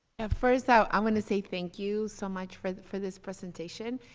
and first so i want to say thank you so much for for this presentation.